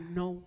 no